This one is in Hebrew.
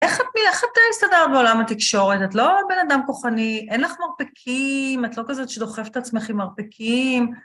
איך את הסתדרת בעולם התקשורת, את לא בן אדם כוחני, אין לך מרפקים, את לא כזאת שדוחפת את עצמך עם מרפקים.